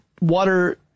water